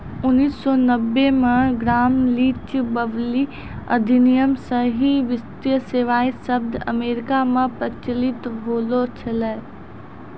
उन्नीस सौ नब्बे मे ग्राम लीच ब्लीली अधिनियम से ही वित्तीय सेबाएँ शब्द अमेरिका मे प्रचलित होलो छलै